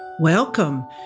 Welcome